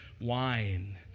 wine